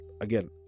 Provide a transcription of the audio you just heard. again